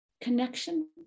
connection